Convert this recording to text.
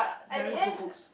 very good books